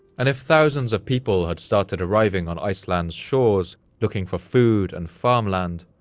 and if thousands of people had started arriving on iceland's shores looking for food and farmland,